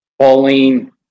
Pauline